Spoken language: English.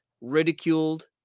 Ridiculed